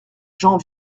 j’en